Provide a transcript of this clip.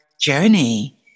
journey